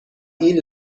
این